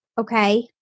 okay